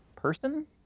person